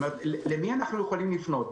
אל מי אנחנו יכולים לפנות?